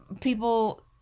people